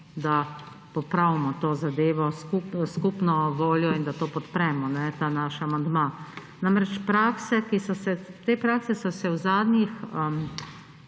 da popravimo to zadevo s skupno voljo in da podpremo ta naš amandma. Namreč te prakse so se izkazale